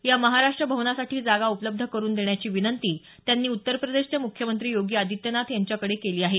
या महाराष्ट्र भवनासाठी जागा उपलब्ध करुन देण्याची विनंती त्यांनी उत्तर प्रदेशचे मुख्यमंत्री योगी आदित्यनाथ यांच्याकडे केली आहे